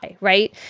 right